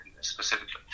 specifically